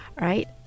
Right